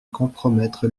compromettre